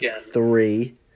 three